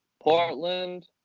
Portland